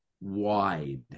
wide